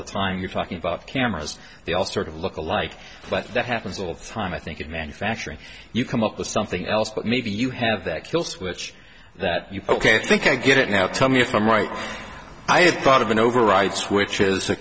the time you're talking about cameras they all sort of look alike but that happens all the time i think in manufacturing you come up with something else but maybe you have that kill switch that you can't think i get it now tell me if i'm right i have thought of an override switch